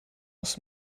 aus